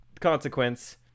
consequence